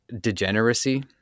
degeneracy